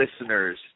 listeners